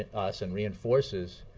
ah us and reinforces